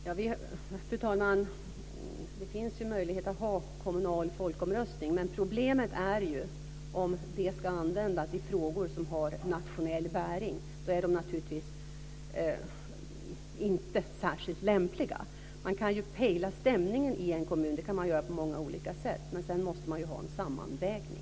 Fru talman! Det finns ju möjlighet att ha kommunal folkomröstning, men problemet är ju om den ska användas i frågor som har nationell bäring. Då är de naturligtvis inte särskilt lämpliga. Man kan ju pejla stämningen i en kommun. Det kan man göra på många olika sätt, men sedan måste man ju göra en sammanvägning.